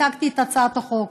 הצגתי את הצעת החוק.